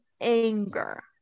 anger